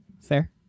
Fair